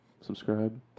subscribe